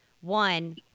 One